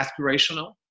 aspirational